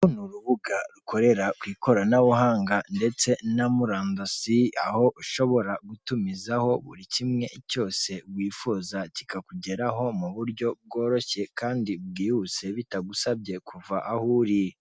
Urubuga rukorera ku ikoranabuhaga ndetse na murandasi aho ushobora gutumizaho buri kimwe cyose wifuza kikakugeraho mu buryo bworoshye kandi bwihuse bitagusabye kuva aho uri.